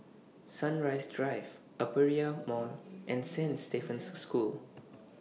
Sunrise Drive Aperia Mall and Saint Stephen's School